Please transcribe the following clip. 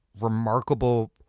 remarkable